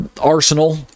arsenal